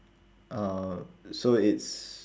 uh so it's